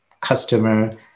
customer